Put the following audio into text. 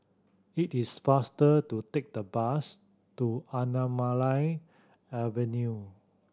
it is faster to take the bus to Anamalai Avenue